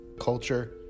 culture